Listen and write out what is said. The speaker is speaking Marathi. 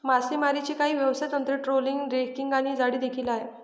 मासेमारीची काही व्यवसाय तंत्र, ट्रोलिंग, ड्रॅगिंग आणि जाळी देखील आहे